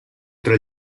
tra